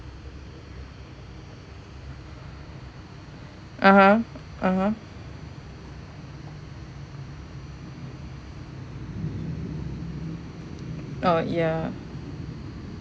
(uh huh) (uh huh) oh ya